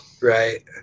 right